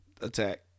Attack